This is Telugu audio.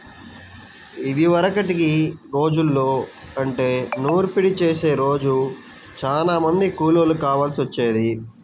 ఇదివరకటి రోజుల్లో అంటే నూర్పిడి చేసే రోజు చానా మంది కూలోళ్ళు కావాల్సి వచ్చేది